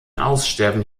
aussterben